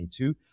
2022